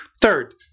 Third